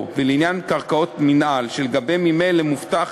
ולעניין קרקעות מינהל שלגביהן ממילא מובטח